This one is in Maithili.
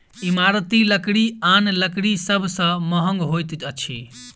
इमारती लकड़ी आन लकड़ी सभ सॅ महग होइत अछि